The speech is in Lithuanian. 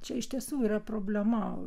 čia iš tiesų yra problema